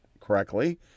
correctly